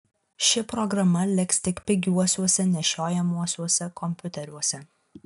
ši programa liks tik pigiuosiuose nešiojamuosiuose kompiuteriuose